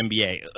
NBA